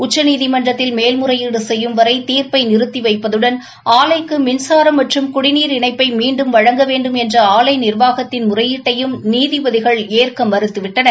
உச்சநீதிமன்றத்தில் மேல்முறையீடு செய்யும்வரை தீர்ப்பை நிறுத்தி வைப்பதுடன் ஆலைக்கு மின்சாரம் மற்றும் குடிநீர் இணைப்பை மீண்டும் வழங்க வேண்டும் என்ற ஆலை நிர்வாகத்தின் முறையீட்டையும் நீதிபதிகள் ஏற்க மறுத்துவிட்டனர்